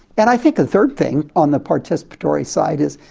and i think the third thing on the participatory side is,